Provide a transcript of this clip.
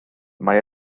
mae